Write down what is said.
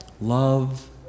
Love